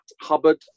Hubbard